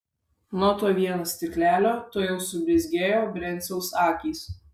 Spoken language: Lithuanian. nuo to vieno stiklelio tuojau sublizgėjo brenciaus akys